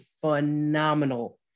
phenomenal